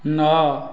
ନଅ